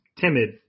timid